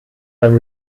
beim